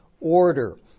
order